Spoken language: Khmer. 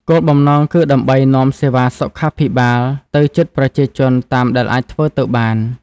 គោលបំណងគឺដើម្បីនាំសេវាសុខាភិបាលទៅជិតប្រជាជនតាមដែលអាចធ្វើទៅបាន។